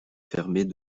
fermées